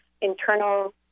internal